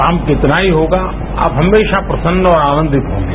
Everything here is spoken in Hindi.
काम कितना ही होगा आप हमेशा प्रसन्न और आनंदित ही होंगे